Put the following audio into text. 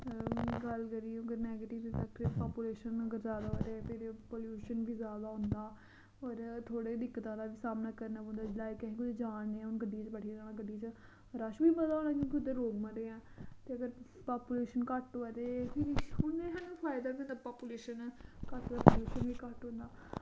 गल्ल करिये अगर नैगेटिव इफैक्ट पापुलेशन अगर जैदा होए ते फिरि पोल्लुशन वी जैदा होंदा और थोह्ड़े दिक्कतां दा वी सामना करना पौंदा लाइक असी कुतै जा ने आं हून गड्डियें च बैठियै जाना गड्डियें च रश वी बड़ा होना क्यूंकि उद्धर लोक मते ऐं ते अगर पापुलेशन घट्ट होऐ ते फिरि हून एह् साह्नू फाइदा वी होंदा पापुलेशन पोल्लुशन वी घट्ट होंदा